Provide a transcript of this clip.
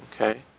Okay